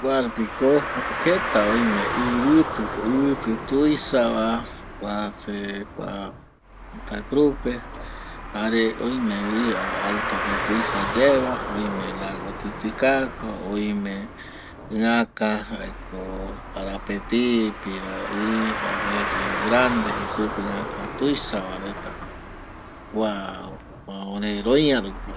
Kuarupi ko jeta oime ɨvɨtɨ, ɨvɨtɨ tuisa va kua se kua, santa cruz pe jare oime vi alto pe tuisa yae va, oime lago titikaka, oime ɨakä jaeko parapeti, pirai jare rio grande jei supe va ɨakä tuisa va reta, kua ore roiä rupi